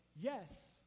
yes